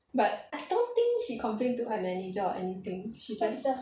but I don't think she complained to my manager or anything she just